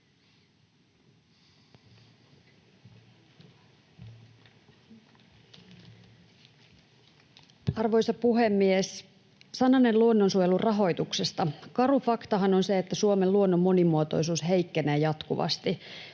Arvoisa puhemies! Sananen luonnonsuojelun rahoituksesta. Karu faktahan on se, että Suomen luonnon monimuotoisuus heikkenee jatkuvasti.